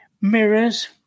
Mirrors